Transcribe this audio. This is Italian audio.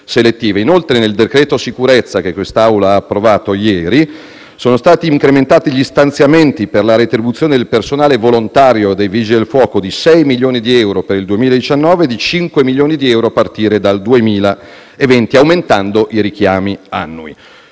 Inoltre, nel decreto sicurezza, la cui conversione quest'Assemblea ha approvato ieri, sono stati incrementati gli stanziamenti per la retribuzione del personale volontario dei Vigili del fuoco di 6 milioni di euro per il 2019 e di 5 milioni di euro a partire dal 2020, aumentando i richiami annui.